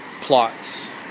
plots